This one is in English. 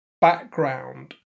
background